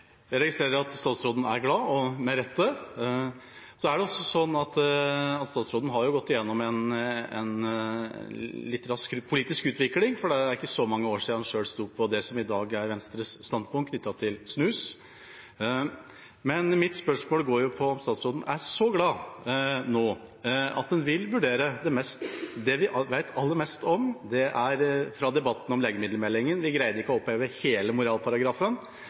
glad – og med rette. Så er det også sånn at statsråden har gått gjennom en litt rask politisk utvikling, for det er ikke så mange år siden han selv sto på det som i dag er Venstres standpunkt knyttet til snus. Men mitt spørsmål går på om statsråden er så glad nå at han vil vurdere det vi vet aller mest om fra debatten om legemiddelmeldinga – vi greide ikke å oppheve hele moralparagrafen